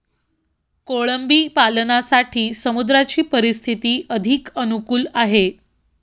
कोळंबी पालनासाठी समुद्राची परिस्थिती अधिक अनुकूल आहे